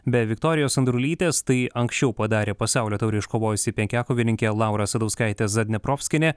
be viktorijos andrulytės tai anksčiau padarė pasaulio taurę iškovojusi penkiakovininkė laura asadauskaitė zadneprovskienė